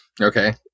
Okay